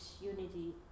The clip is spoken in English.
unity